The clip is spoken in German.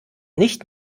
nicht